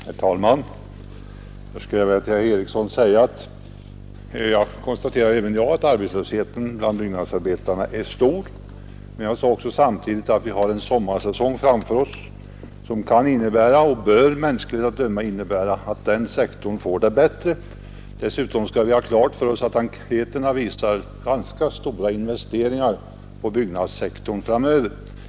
Herr talman! Först vill jag till herr Eriksson i Bäckmora säga att även jag konstaterade att arbetslösheten bland byggnadsarbetarna är stor. Men jag sade samtidigt att vi har en sommarsäsong framför oss som kan och mänskligt sett bör innebära att man inom byggnadssektorn får det bättre. Dessutom skall vi ha klart för oss att enkäterna visar på ganska stora investeringar i byggnadssektorn framöver.